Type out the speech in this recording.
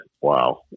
wow